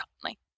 commonly